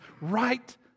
right